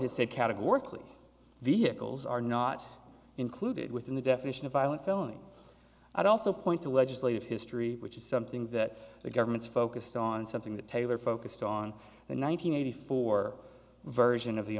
has said categorically vehicles are not included within the definition of violent felony i'd also point to legislative history which is something that the government's focused on something that taylor focused on the one nine hundred eighty four version of the